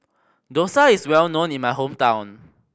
dosa is well known in my hometown